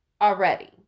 already